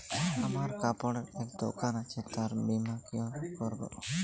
আমার কাপড়ের এক দোকান আছে তার বীমা কিভাবে করবো?